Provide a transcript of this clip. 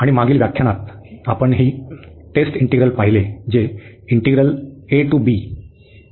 आणि मागील व्याख्यानात आपण ही टेस्ट इंटिग्रल पाहिले जे होते